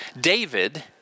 David